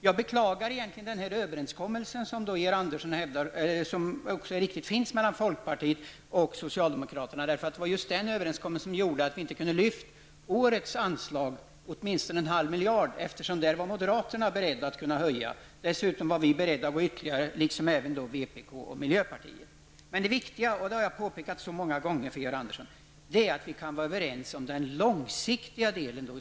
Jag beklagar egentligen denna överenskommelse som finns mellan folkpartiet och socialdemokraterna. Det var just den överenskommelsen som gjorde att vi inte kunde lyfta årets anslag åtminstone en halv miljard. Det var nämligen moderaterna beredda att gå med på. Vi, vänsterpartiet och miljöpartiet var dessutom beredda att gå längre. Det viktiga är -- vilket jag många gånger har påpekat för Georg Andersson -- att vi kan vara överens om den långsiktiga delen.